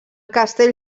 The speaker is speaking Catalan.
castell